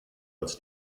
als